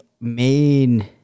main